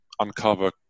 uncover